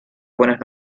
buenas